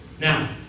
now